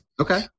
Okay